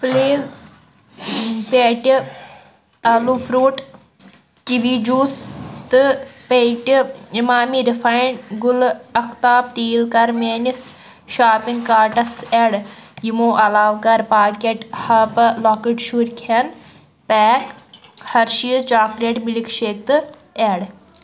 please پیٚٹہِ آلوٗ fruit kiwi juice تہٕ پیٚٹہِ اِمامی رِفاینٛڈ گُلہٕ اَختاب تیٖل کر میٲنِس شاپِنٛگ کاٹَس ایٚڈ یِمَو علاوٕ کر پاکیٚٹ ہَپہٕ لۄکٕٹۍ شُرۍ کھٮ۪ن pack Hershey's chocolate milkshake تہٕ ایٚڈ